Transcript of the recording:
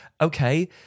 okay